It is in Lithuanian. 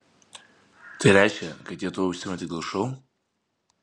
tai reiškia kad jie tuo užsiima tik dėl šou